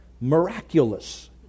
miraculous